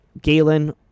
Galen